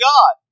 God